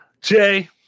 Jay